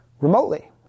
remotely